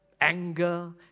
Anger